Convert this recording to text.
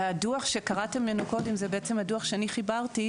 הדוח שקראתי ממנו קודם זה בעצם הדוח שאני חיברתי,